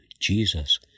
Jesus